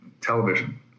television